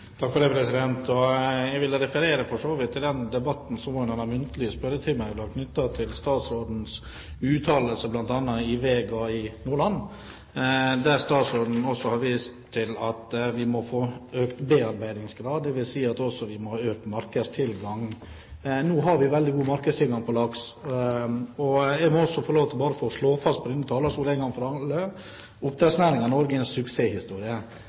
statsrådens uttalelse bl.a. i Vega i Nordland, der statsråden har vist til at vi må få økt bearbeidingsgrad. Det vil si at vi også må ha økt markedstilgang. Nå har vi veldig god markedstilgang på laks. Jeg må få lov til å slå fast fra denne talerstolen én gang for alle at oppdrettsnæringen i Norge er en suksesshistorie